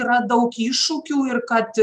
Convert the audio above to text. yra daug iššūkių ir kad